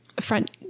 front